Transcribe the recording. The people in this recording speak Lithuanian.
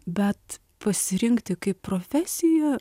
bet pasirinkti kaip profesiją